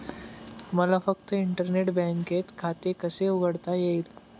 मला फक्त इंटरनेट बँकेत खाते कसे उघडता येईल?